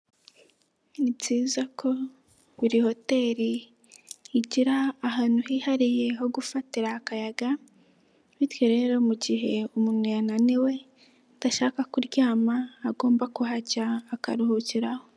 Ni byiza ko buri hoteri igira ahantu hihariye ho gufatira akayaga, bityo rero mu gihe umuntu yananiwe adashaka kuryama agomba kuhajya akaruhukira.